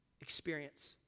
experience